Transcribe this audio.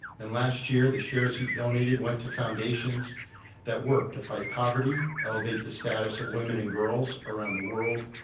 and last year the shares he donated went to foundations that worked to fight poverty, elevate the status of women and girls around the world,